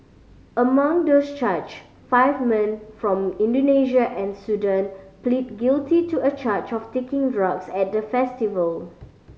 among those charged five men from Indonesia and Sudan pleaded guilty to a charge of taking drugs at the festival